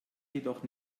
jedoch